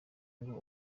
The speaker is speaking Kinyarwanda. ngo